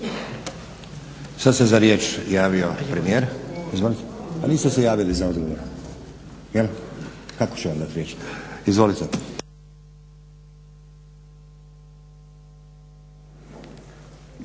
Sad se za riječ javio premijer. … /Upadica se ne razumije./… Pa niste se javili za odgovor jel? Kako ću vam dati riječ. Izvolite.